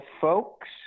folks